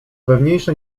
pewniejsze